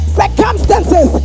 circumstances